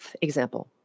example